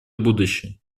будущее